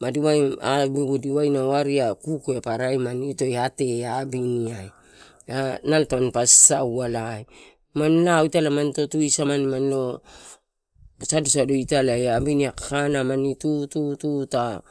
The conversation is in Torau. Madiuai aibigu di waina ari kukue pa raimani ito atea ai, abiniai. A nalo tampa sasawalai, mani lao, italae manito tuisamani, sadosado italae abinia kakanai mani tutututa